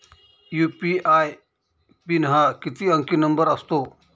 UPI PIN हा किती अंकी नंबर असतो?